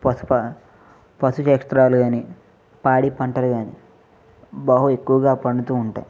పసుపు పసుజస్త్రాలు కానీ పాడి పంటలు కానీ బహు ఎక్కువగా పండుతు ఉంటాయి